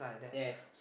yes